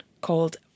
called